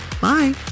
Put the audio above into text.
Bye